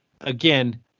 again